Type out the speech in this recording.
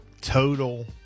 Total